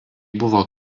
buvo